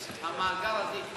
כנראה המאגר הזה התמלא,